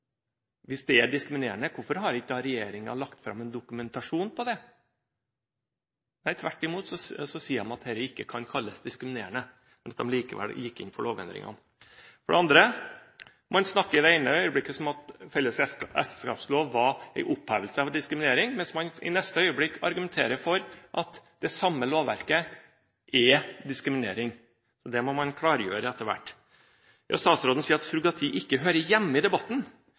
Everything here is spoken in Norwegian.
Hvis det er diskriminerende, hvorfor har ikke da regjeringen lagt fram en dokumentasjon på det? Nei, tvert imot sier de at dette ikke kan kalles diskriminerende, men at de likevel gikk inn for lovendringene. For det andre: Man snakker i det ene øyeblikket som at felles ekteskapslov var en opphevelse av diskriminering, mens man i neste øyeblikk argumenterer for at det samme lovverket er diskriminering. Det må man klargjøre etter hvert. Statsråden sier at surrogati ikke hører hjemme i debatten.